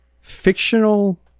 fictional